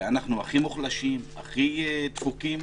ואנחנו הכי מוחלשים והכי דפוקים.